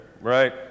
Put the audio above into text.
right